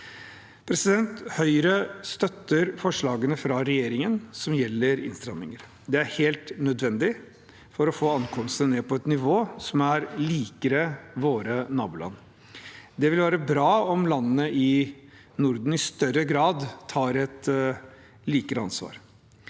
ankomstene. Høyre støtter forslagene fra regjeringen som gjelder innstramminger. Det er helt nødvendig for å få ankomstene ned på et nivå som er likere nivået i våre naboland. Det vil være bra om landene i Norden i større grad tar et likere ansvar.